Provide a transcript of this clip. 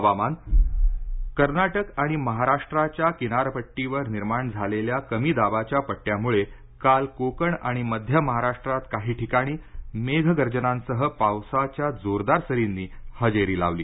हवामान आयएमडी केळकर कर्नाटक आणि महाराष्ट्राच्या किनारपट्टीवर निर्माण झालेल्या कमी दाबाच्या पट्टयामुळे काल कोकण आणि मध्य महाराष्ट्रात काही ठिकाणी मेघगर्जनांसह पावसाच्या जोरदार सरींनी हजेरी लावली